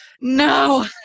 no